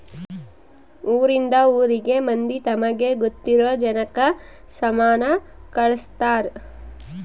ಊರಿಂದ ಊರಿಗೆ ಮಂದಿ ತಮಗೆ ಗೊತ್ತಿರೊ ಜನಕ್ಕ ಸಾಮನ ಕಳ್ಸ್ತರ್